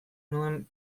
nuen